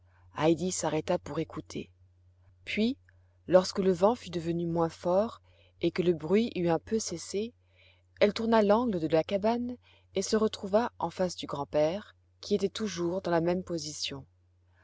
heidi s'arrêta pour écouter puis lorsque le vent fut devenu moins fort et que le bruit eut un peu cessé elle tourna l'angle de la cabane et se retrouva en face du grand-père qui était toujours dans la même position